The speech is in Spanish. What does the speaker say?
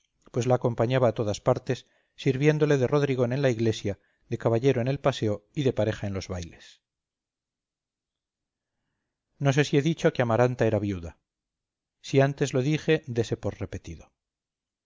pues la acompañaba a todas partes sirviéndole de rodrigón en la iglesia de caballero en el paseo y de pareja en los bailes no sé si he dicho que amaranta era viuda si antes lo dije dese por repetido